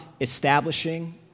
establishing